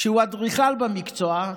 שהוא אדריכל במקצועו,